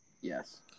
Yes